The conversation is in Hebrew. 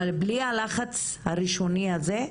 אבל בלי הלחץ הראשוני הזה,